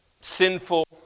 sinful